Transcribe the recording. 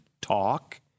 talk